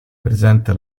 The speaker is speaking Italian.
presenta